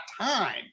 time